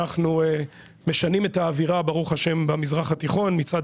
אנחנו משנים את האווירה ברוך השם במזרח התיכון מצד